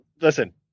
listen